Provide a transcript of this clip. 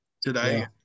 today